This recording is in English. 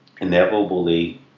inevitably